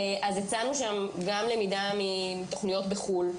הצענו שם גם למידה מתוכניות בחו"ל,